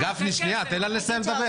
גפני, שנייה, תן לה לסיים לדבר.